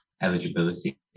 Eligibility